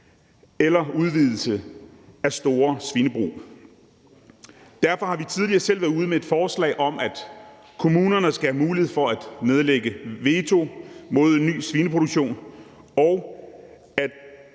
eller udvidelse af store svinebrug. Derfor har vi tidligere selv været ude med et forslag om, at kommunerne skal have mulighed for at nedlægge veto mod en ny svineproduktion ud